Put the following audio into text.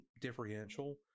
differential